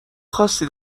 خاصی